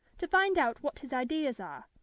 to find out what his ideas are,